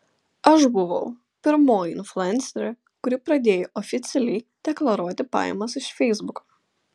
aš buvau pirmoji influencerė kuri pradėjo oficialiai deklaruoti pajamas iš feisbuko